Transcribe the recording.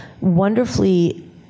wonderfully